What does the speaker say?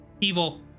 Evil